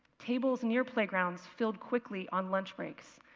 tables near playgrounds filled quickly on lunch breaks,